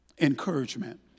encouragement